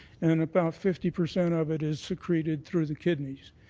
and about fifty percent of it is secreted through the kidneys.